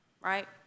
right